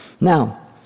Now